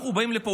אנחנו באים לפה,